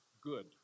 good